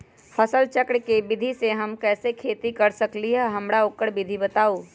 फसल चक्र के विधि से हम कैसे खेती कर सकलि ह हमरा ओकर विधि बताउ?